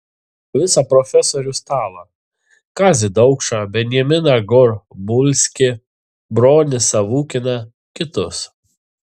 visą profesorių stalą kazį daukšą benjaminą gorbulskį bronį savukyną kitus